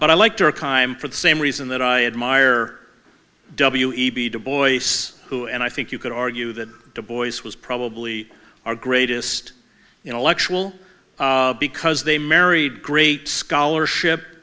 but i liked her climb for the same reason that i admire w e b dubois who and i think you could argue that the boys was probably our greatest intellectual because they married great scholarship